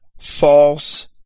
false